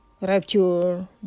rapture